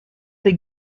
des